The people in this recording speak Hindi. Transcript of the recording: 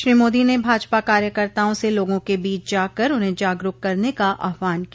श्री मोदी ने भाजपा कार्यकर्ताआ से लोगों के बीच जाकर उन्हें जागरूक करने का आहवान किया